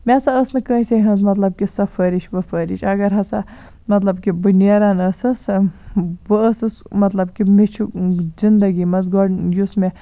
مےٚ ہسا نہ ٲس نہٕ کٲنسہِ ۂنز مطلب سفٲرِش وُفٲرِش اَگر ہسا مطلب کہِ بہٕ نیران ٲسٕس بہٕ ٲسٕس مطلب کہِ مےٚ چھُ زِندگی منٛز یُس مےٚ